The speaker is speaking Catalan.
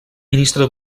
ministre